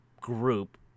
group